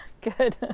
good